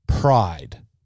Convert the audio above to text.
pride